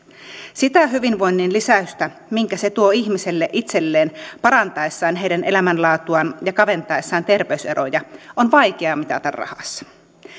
sitä hyvinvoinnin lisäystä minkä se tuo ihmisille itselleen parantaessaan heidän elämänlaatuaan ja kaventaessaan terveyseroja on vaikea mitata rahassa